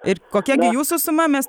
ir kokia jūsų suma mes